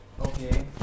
okay